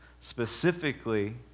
Specifically